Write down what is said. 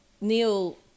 Neil